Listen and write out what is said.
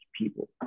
people